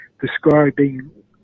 describing